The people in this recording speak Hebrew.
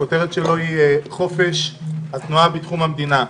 הכותרת שלו היא: חופש התנועה בתחום המדינה.